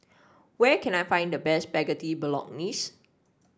where can I find the best Spaghetti Bolognese